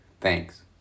Thanks